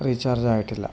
റീചാർജായിട്ടില്ല